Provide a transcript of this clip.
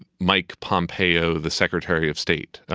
mike pompeo, the secretary of state,